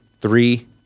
Three